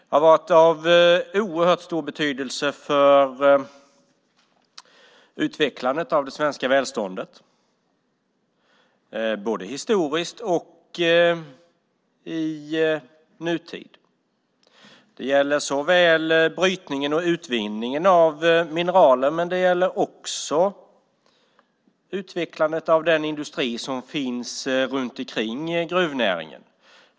Det har varit av oerhört stor betydelse för utvecklandet av det svenska välståndet, både historiskt och i nutid. Det gäller såväl brytningen och utvinningen av mineraler som utvecklandet av den industri som finns omkring gruvnäringen.